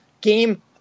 game